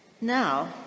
Now